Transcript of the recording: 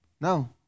No